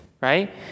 right